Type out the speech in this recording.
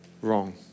wrong